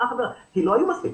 כי לא היו מספיק.